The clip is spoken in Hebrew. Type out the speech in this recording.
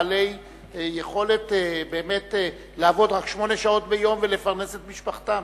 בעלי יכולת באמת לעבוד רק שמונה שעות ביום ולפרנס את משפחתם.